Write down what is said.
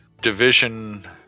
Division